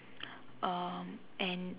um and